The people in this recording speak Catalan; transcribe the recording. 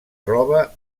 roba